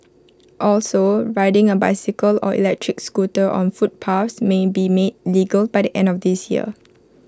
also riding A bicycle or electric scooter on footpaths may be made legal by the end of this year